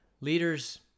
Leaders